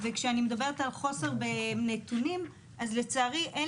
כשאני מדברת על חוסר בנתונים אז לצערי אין